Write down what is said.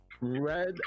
red